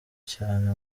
cyane